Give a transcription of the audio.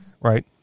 right